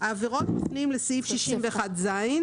העבירות מפנים לסעיף 61ז,